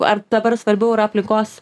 ar dabar svarbiau yra aplinkos